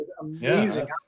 amazing